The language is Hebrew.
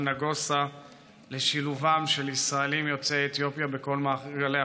נגוסה לשילובם של ישראלים יוצאי אתיופיה בכל מעגלי החיים.